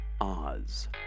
Oz